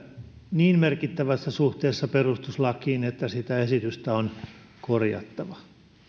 niin merkittävässä suhteessa perustuslakiin että sitä esitystä on korjattava